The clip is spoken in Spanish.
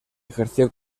ejerció